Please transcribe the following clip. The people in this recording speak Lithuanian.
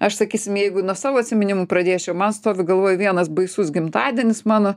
aš sakysim jeigu nuo savo atsiminimų pradėčiau man stovi galvoj vienas baisus gimtadienis mano